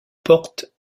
porte